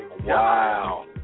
wow